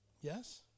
Yes